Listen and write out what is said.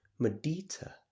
medita